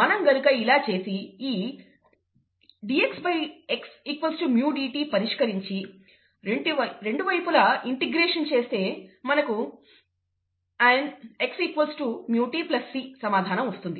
మనం గనుక ఇలా చేసి ఈ dx x µdt పరిష్కరించి రెండు వైపులా ఇంటిగ్రేషన్ చేస్తే మనకు ln x µt c సమాధానం వస్తుంది